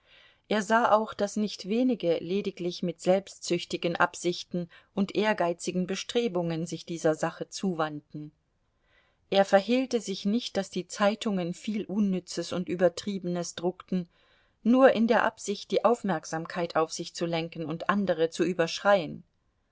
er sah auch daß nicht wenige lediglich mit selbstsüchtigen absichten und ehrgeizigen bestrebungen sich dieser sache zu wandten er verhehlte sich nicht daß die zeitungen viel unnützes und übertriebenes druckten nur in der absicht die aufmerksamkeit auf sich zu lenken und andere zu überschreien